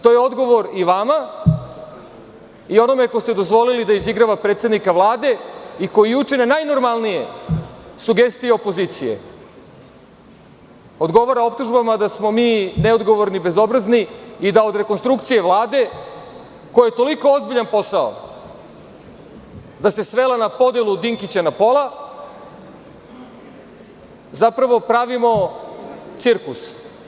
To je odgovor i vama i onome kome ste dozvolili da izigrava predsednika Vlade i koji juče na najnormalnije sugestije opozicije odgovara optužbama da smo mi neodgovorni, bezobrazni i da od rekonstrukcije Vlade koji je toliko ozbiljan posao, da se svela na podelu Dinkića na pola, zapravo pravimo cirkus.